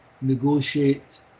negotiate